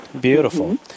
Beautiful